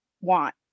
want